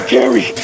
carry